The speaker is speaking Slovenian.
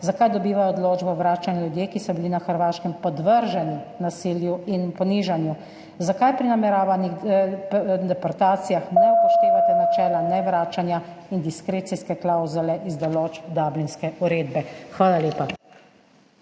Zakaj dobivajo odločbo o vračanju ljudje, ki so bili na Hrvaškem podvrženi nasilju in ponižanju? Zakaj pri nameravanih deportacijah ne upoštevate načela nevračanja in diskrecijske klavzule iz določb Dublinske uredbe? Hvala lepa.